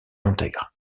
intègre